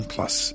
Plus